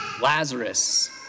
Lazarus